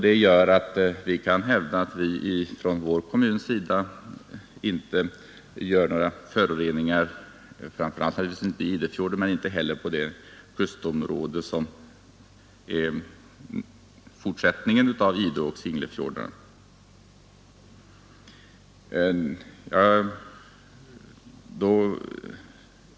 Detta gör att vi kan hävda att vår kommun inte åstadkommer några föroreningar, naturligtvis inte i Idefjorden, men inte heller på det kustområde som utgör fortsättningen av Ideoch Singlefjordarna.